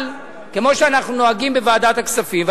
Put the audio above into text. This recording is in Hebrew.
אבל כמו שאנחנו נוהגים בוועדת הכספים,